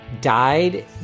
died